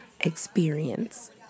experience